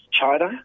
China